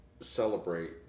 celebrate